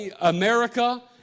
America